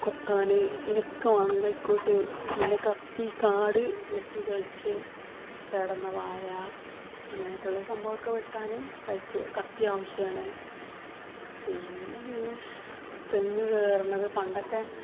കൊത്താൻ അതിനൊക്കെ വേണം കൈക്കോട്ട് പിന്നെ കത്തി കാട് വെട്ടിത്തളിച്ച് കേടുവന്ന വാഴ അങ്ങനെയൊക്കെയുള്ള സംഭവമൊക്കെ വെട്ടാൻ കത്തി ആവശ്യമാണ് പിന്നെ പിന്നെ തെങ്ങ് കയറുന്നത് പണ്ടൊക്കെ